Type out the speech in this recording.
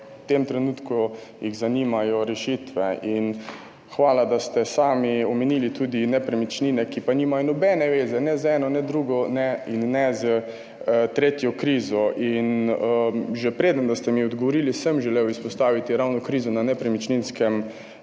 v tem trenutku jih zanimajo rešitve. In hvala, da ste sami omenili tudi nepremičnine, ki pa nimajo nobene zveze ne z eno, ne z drugo in ne s tretjo krizo in že preden ste mi odgovorili, sem želel izpostaviti ravno krizo na nepremičninskem